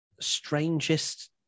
strangest